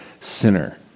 sinner